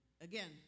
again